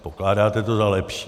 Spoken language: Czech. Pokládáte to za lepší.